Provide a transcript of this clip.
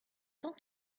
tant